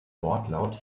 wortlaut